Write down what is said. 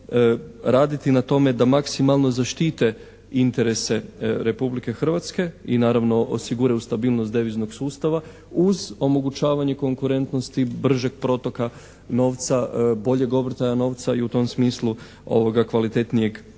raditi na tome da maksimalno zaštite interese Republike Hrvatske i naravno osiguraju stabilnost deviznog sustava uz omogućavanje konkurentnosti bržeg protoka novca, boljeg obrtaja novca i u tom smislu kvalitetnijeg